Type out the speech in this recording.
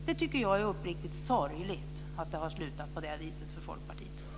Jag tycker uppriktigt sagt att det är sorgligt att det har slutat på det viset för Folkpartiet. Tack!